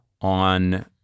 on